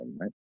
right